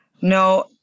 No